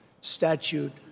Statute